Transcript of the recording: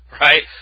Right